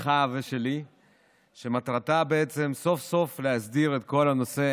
שלך ושלי שמטרתה בעצם סוף-סוף להסדיר את כל הנושא